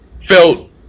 felt